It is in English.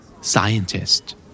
Scientist